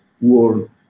world